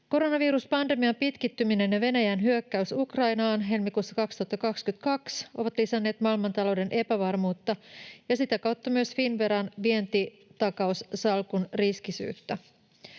Koronaviruspandemian pitkittyminen ja Venäjän hyökkäys Ukrainaan helmikuussa 2022 ovat lisänneet maailmantalouden epävarmuutta ja sitä kautta myös Finnveran vientitakaussalkun riskisyyttä.